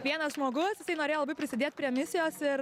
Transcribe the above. vienas žmogus jisai norėjo labai prisidėt prie misijos ir